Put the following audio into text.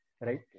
right